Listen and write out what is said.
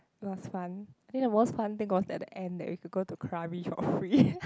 it was fun think the most fun thing was at the end that we can go to Krabi for free